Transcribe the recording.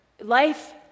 life